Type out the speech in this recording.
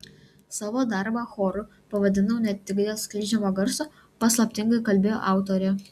savo darbą choru pavadinau ne tik dėl skleidžiamo garso paslaptingai kalbėjo autorė